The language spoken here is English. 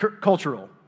Cultural